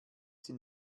sie